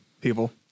people